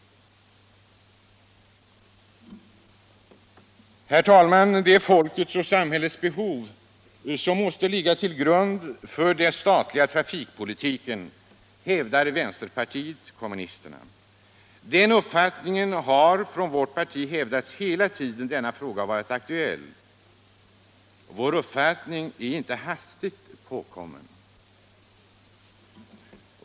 Herr talman! Det är folkets och samhällets behov som måste ligga till grund för den statliga trafikpolitiken, hävdar vänsterpartiet kommunisterna. Den uppfattningen har från vårt parti hävdats hela tiden som denna fråga varit aktuell. Vår uppfattning är inte hastigt påkommen.